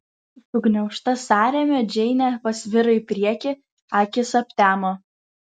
sugniaužta sąrėmio džeinė pasviro į priekį akys aptemo